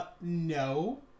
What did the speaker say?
no